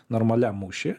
normaliam mušy